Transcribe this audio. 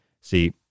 See